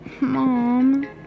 Mom